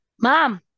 Mom